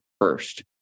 first